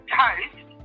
toast